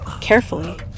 Carefully